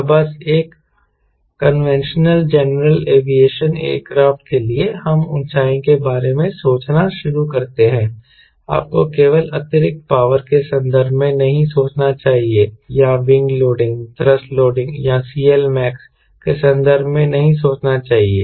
तो बस एक कन्वेंशनल जनरल एविएशन एयरक्राफ्ट के लिए हम ऊंचाई के बारे में सोचना शुरू करते हैं आपको केवल अतिरिक्त पावर के संदर्भ में नहीं सोचना चाहिए या विंग लोडिंग थ्रस्ट लोडिंग या CLmax के संदर्भ में नहीं सोचना चाहिए